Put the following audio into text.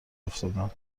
افتادم